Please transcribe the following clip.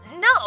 No